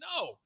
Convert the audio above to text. No